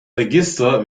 register